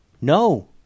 No